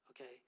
Okay